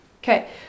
Okay